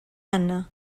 anna